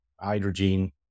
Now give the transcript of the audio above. hydrogen